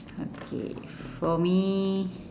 okay for me